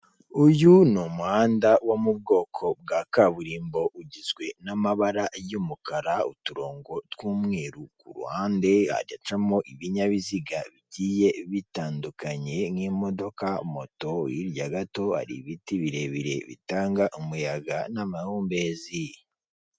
Uyu ni umuhanda wo mu bwoko bwa kaburimbo ugizwe n'amabara y'umukara uturongo tw'umweru, ku ruhande hagacamo ibinyabiziga bigiye bitandukanye nk'imodoka moto, hirya gato hari ibiti birebire bitanga umuyaga n'amahumbezi.